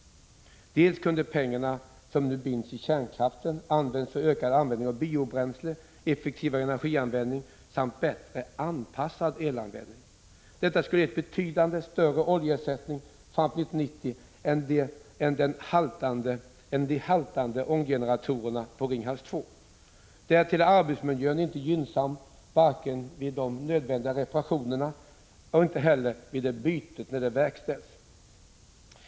De pengar som nu binds i kärnkraften kunde ha utnyttjats för ökad användning av bio-bränsle, effektivare energianvändning och bättre anpassad elanvändning. Detta skulle ha gett betydligt större oljeersättning fram till 1990 än de ”haltande ånggeneratorerna på Ringhals 2”. Därtill är arbetsmiljön inte gynnsam. Den är det inte vid de nödvändiga reparationerna, och den är det inte då bytet av ånggeneratorer skall verkställas.